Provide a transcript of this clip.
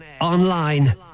online